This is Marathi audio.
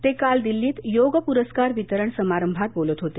ते काल दिल्लीत योग प्रस्कार वितरण समारंभात बोलत होते